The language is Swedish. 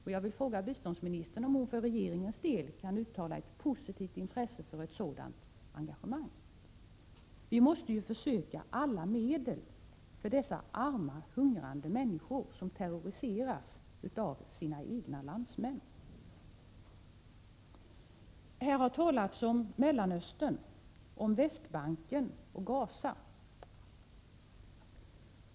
Jag vill fråga biståndsministern om hon för regeringens del kan uttala ett positivt intresse för ett sådant engagemang. Vi måste ju försöka alla medel, för dessa arma, hungrande människor som terröriseras av sina egna landsmän. Här har talats om Mellanöstern, Västbanken och Gaza.